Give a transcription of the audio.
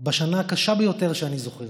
בשנה הקשה ביותר שאני זוכר,